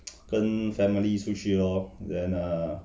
跟 family 出去 lor then err